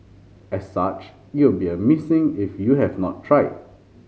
as such it will be a missing if you have not tried